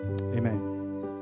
amen